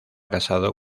casado